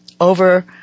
over